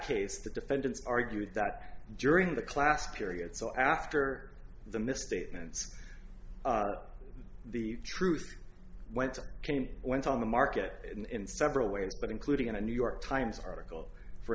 case the defendants argued that during the class period so after the misstatements the truth went came went on the market in several ways but including in a new york times article for